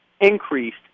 increased